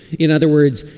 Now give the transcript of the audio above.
in other words,